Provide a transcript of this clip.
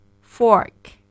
fork